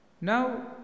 Now